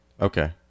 Okay